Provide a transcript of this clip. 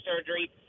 surgery